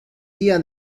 día